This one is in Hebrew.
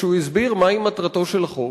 כשהוא הסביר מהי מטרתו של החוק.